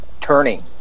turning